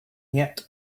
yet